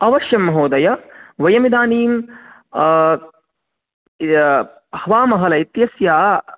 अवश्यं महोदय वयम् इदानीम् हवामहल इत्यस्य